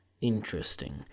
interesting